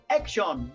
action